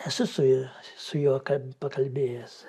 esu su ju su juo pakalbėjęs